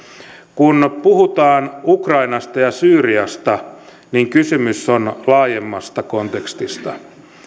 kun puhutaan ukrainasta ja syyriasta niin kysymys on laajemmasta kontekstista